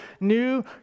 new